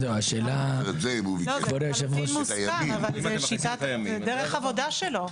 זה לחלוטין מוסכם אבל זה דרך העבודה שלו.